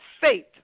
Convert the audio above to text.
faith